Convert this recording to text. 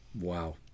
Wow